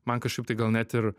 man kažkaip tai gal net ir